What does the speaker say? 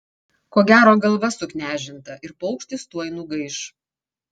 ko gero galva suknežinta ir paukštis tuoj nugaiš